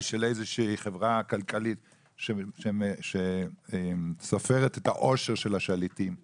של איזושהי חברה כלכלית שסופרת את העושר של השליטים בעולם,